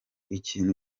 ikintu